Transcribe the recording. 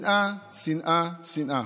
שנאה, שנאה,